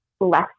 less